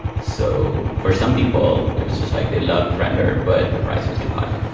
so for some people, it was just like they loved render, but the price was too high